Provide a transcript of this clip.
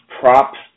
props